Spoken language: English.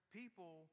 people